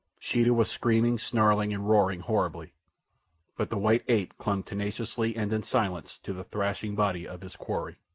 sheeta was screaming, snarling, and roaring horribly but the white ape clung tenaciously and in silence to the thrashing body of his quarry.